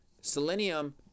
Selenium